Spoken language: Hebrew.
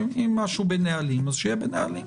אם משהו יכול להיות בנהלים אז שיהיה בנהלים.